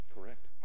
Correct